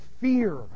fear